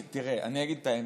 תראה, אני אגיד את האמת,